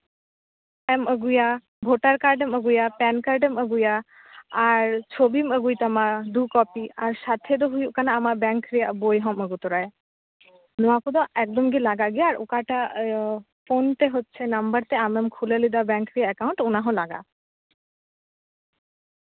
ᱮᱢ ᱟᱹᱜᱩᱭᱟ ᱵᱷᱳᱴᱟᱨ ᱠᱟᱨᱰᱮᱢ ᱟᱹᱜᱩᱭᱟ ᱯᱮᱱ ᱠᱟᱨᱰᱮᱢ ᱟᱹᱜᱩᱭᱟ ᱟᱨ ᱪᱷᱚᱵᱤᱢ ᱟᱹᱜᱩᱭ ᱛᱟᱢᱟ ᱫᱩ ᱠᱚᱯᱤ ᱟᱨ ᱥᱟᱛᱷᱮ ᱫᱚ ᱦᱩᱭᱩᱜ ᱠᱟᱱᱟ ᱟᱢᱟᱜ ᱵᱮᱝᱠ ᱨᱮᱭᱟᱜ ᱵᱳᱭ ᱦᱚᱢ ᱟᱹᱜᱩ ᱛᱚᱨᱟᱭᱟ ᱱᱚᱣᱟ ᱠᱚᱫᱚ ᱮᱠᱫᱚᱢ ᱜᱮ ᱞᱟᱜᱟᱜ ᱜᱮᱭᱟ ᱟᱨ ᱚᱠᱟᱴᱟᱜ ᱯᱷᱳᱱ ᱛᱮ ᱦᱚᱪᱪᱷᱮ ᱱᱟᱢᱵᱟᱨ ᱛᱮ ᱟᱢᱮᱢ ᱠᱷᱩᱞᱟᱹ ᱞᱮᱫᱟ ᱵᱮᱝᱠ ᱨᱮᱭᱟᱜ ᱮᱠᱟᱣᱩᱱᱴ ᱚᱱᱟ ᱦᱚᱸ ᱞᱟᱜᱟᱜᱼᱟ